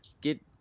get